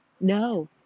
no